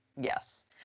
Yes